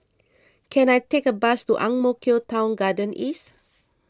can I take a bus to Ang Mo Kio Town Garden East